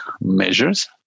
measures